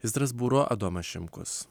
iš strasbūro adomas šimkus